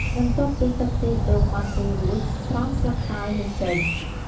បន្ទាប់ពីទឹកខ្ទិះដូងបានពុះរួច ស្រង់ស្លឹកតើយនោះចេញ។